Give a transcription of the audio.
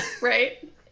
Right